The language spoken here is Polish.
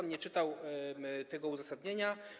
Nie czytał pan tego uzasadnienia?